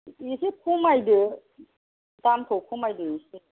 इसे खमायदो दामखौ खमायदो इसे